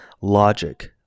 logic